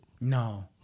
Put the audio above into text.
No